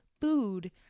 food –